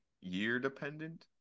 year-dependent